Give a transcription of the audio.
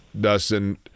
Dustin